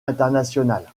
internationale